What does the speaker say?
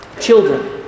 Children